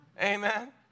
Amen